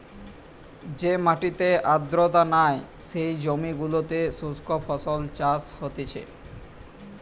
যে মাটিতে আর্দ্রতা নাই, যেই জমি গুলোতে শুস্ক ফসল চাষ হতিছে